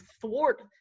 thwart